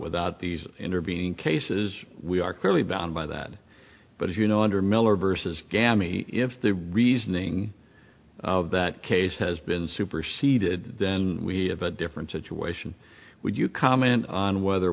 without these intervening cases we are clearly bound by that but as you know under miller versus gammy if the reasoning of that case has been superceded then we have a different situation would you comment on whether